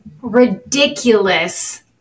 ridiculous